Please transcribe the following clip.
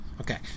Okay